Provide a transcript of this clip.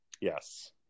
Yes